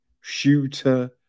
shooter